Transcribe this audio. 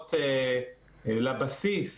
עלויות לבסיס